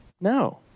no